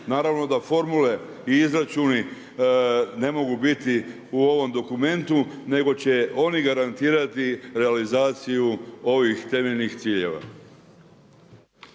Naravno da formule i izračuni ne mogu biti u ovome dokumentu nego će oni garantirati realizaciju ovih temeljnih ciljeva.